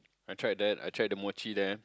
I tried that I tried the mochi there